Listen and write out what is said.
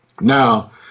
Now